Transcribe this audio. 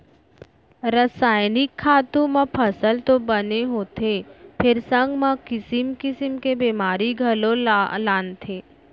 रसायनिक खातू म फसल तो बने होथे फेर संग म किसिम किसिम के बेमारी घलौ लानथे